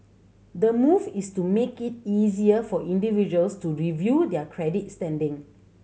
the move is to make it easier for individuals to review their credit standing